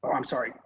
um sorry,